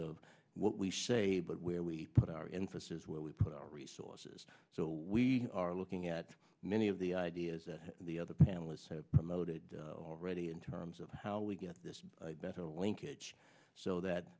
of what we say but where we put our emphasis where we put our resources so we are looking at many of the ideas that the other panelists have promoted already in terms of how we get this better linkage so that